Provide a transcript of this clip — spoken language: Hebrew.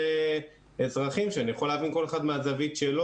כשחלק מהסוגיות של הגודל המינימלי קשורות גם לבית ספר צומח.